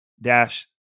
dash